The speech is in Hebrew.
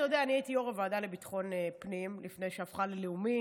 אני הייתי יו"ר ועדת ביטחון פנים לפני שהפכה ללאומי